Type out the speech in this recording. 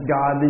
God